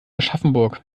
aschaffenburg